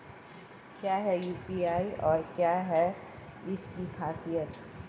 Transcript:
क्या है यू.पी.आई और क्या है इसकी खासियत?